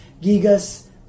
Gigas